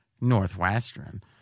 Northwestern